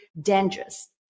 dangerous